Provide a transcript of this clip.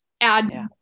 add